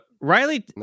Riley